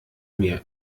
mir